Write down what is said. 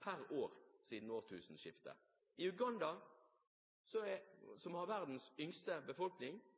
per år siden årtusenskiftet. I Uganda, som har verdens yngste befolkning,